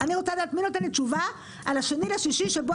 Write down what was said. לדעת מי נותן לי תשובה על ה-2 ביוני שבו